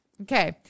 Okay